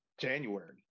January